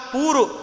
Puru